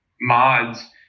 mods